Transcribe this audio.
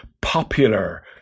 popular